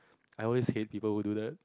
I always hate people who do that